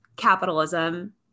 capitalism